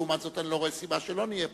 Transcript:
לעומת זאת, אני לא רואה סיבה שלא נהיה פה.